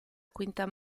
quinta